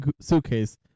suitcase